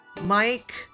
Mike